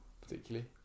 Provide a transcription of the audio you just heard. particularly